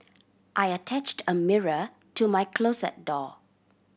I attached a mirror to my closet door